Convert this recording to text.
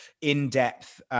in-depth